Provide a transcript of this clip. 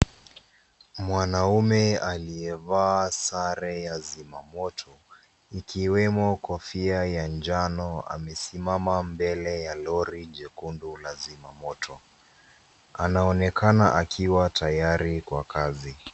Mwanaume aliyevaa sare ya zimamoto ikiwemo kofia ya njano amesimama mbele ya lori jekundu la zimamoto. Anaonekana akiwa tayari kwa kazi.